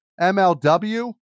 MLW